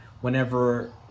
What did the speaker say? whenever